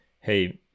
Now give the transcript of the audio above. hey